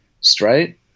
straight